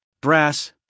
brass